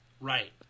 Right